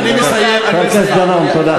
חבר הכנסת דנון, תודה.